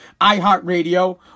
iHeartRadio